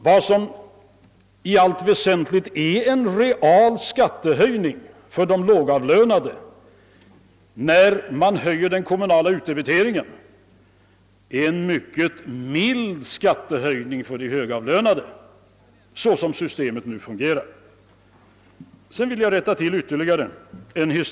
Vad som i allt väsentligt betyder en reell skattehöjning för de lågavlönade vid en höjning av den kommunala utdebiteringen innebär alltså en mycket mild skattehöjning för de högavlönade såsom systemet nu fungerar. Jag vill rätta till ytterligare en sak.